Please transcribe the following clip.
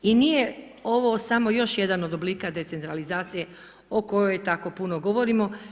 I nije ovo samo još jedan od oblika decentralizacije o kojoj tamo puno govorimo.